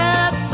up